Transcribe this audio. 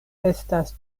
estas